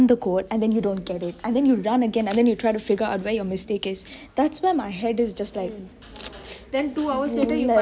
the code and then you don't get it then you run again and then you try to figure out where your mistake is